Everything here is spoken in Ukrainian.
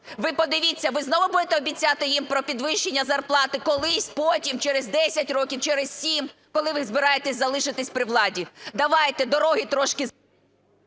Ви подивіться, ви знову буде обіцяти їм про підвищення зарплати колись, потім, через 10 років, через 7, коли ви збираєтесь залишитися при владі. Давайте, дороги трошки...